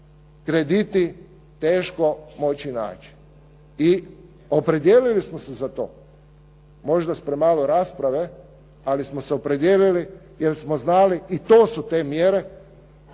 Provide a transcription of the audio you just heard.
krediti teško moći naći. I opredijelili smo se za to. Možda s premalo rasprave, ali smo se opredijelili jer smo znali i to su te mjere